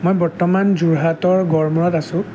মই বৰ্তমান যোৰহাটৰ গড়মূৰত আছোঁ